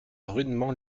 rudement